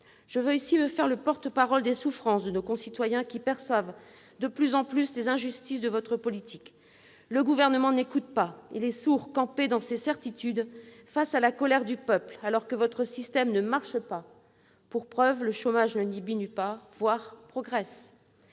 je veux me faire le porte-parole des souffrances de nos concitoyens, qui perçoivent de plus en plus les injustices de votre politique. Le Gouvernement n'écoute pas, il est sourd, campé dans ses certitudes, face à la colère du peuple, alors que votre système ne marche pas, puisque le chômage ne diminue pas, voire progresse.